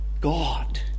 God